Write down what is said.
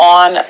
on